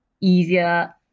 easier